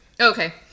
okay